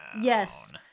Yes